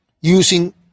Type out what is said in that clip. using